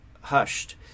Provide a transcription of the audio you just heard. hushed